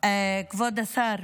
כבוד השר.